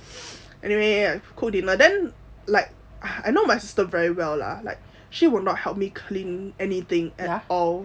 anyway I cooked dinner then like I know my sister very well lah like she will not help me clean anything at all